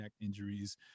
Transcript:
injuries